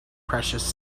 precious